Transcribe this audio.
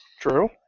True